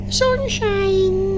sunshine